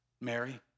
Mary